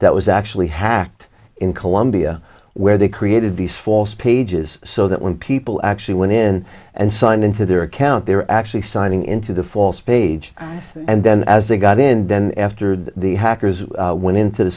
that was actually hacked in colombia where they created these false pages so that when people actually went in and signed into their account they were actually signing into the false page and then as they got in then after that the hackers went into the